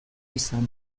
izan